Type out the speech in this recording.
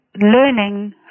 learning